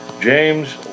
James